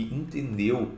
entendeu